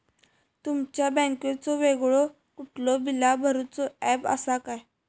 तुमच्या बँकेचो वेगळो कुठलो बिला भरूचो ऍप असा काय?